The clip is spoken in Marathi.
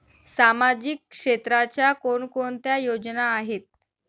सामाजिक क्षेत्राच्या कोणकोणत्या योजना आहेत?